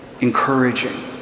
encouraging